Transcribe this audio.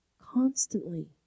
constantly